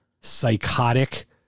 psychotic